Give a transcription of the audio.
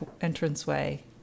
entranceway